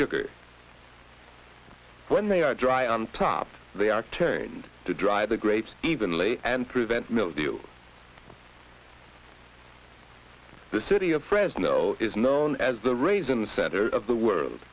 sugar when they are dry on top they are turned to dry the grapes evenly and prevent mildew the city of fresno is known as the rays in the center of the world